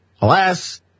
alas